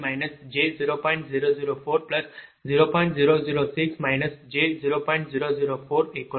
u இதேபோல்I2i3i40